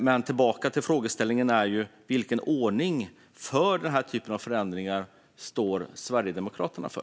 Men tillbaka till frågeställningen: Vilken ordning för denna typ av förändringar står Sverigedemokraterna för?